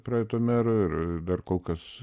praeito mero ir ir dar kol kas